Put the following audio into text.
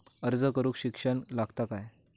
अर्ज करूक शिक्षण लागता काय?